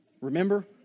Remember